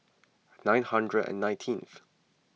nine hundred and nineteenth